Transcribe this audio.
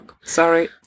sorry